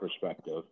perspective